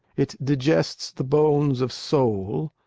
it digests the bones of sole,